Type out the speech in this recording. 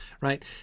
right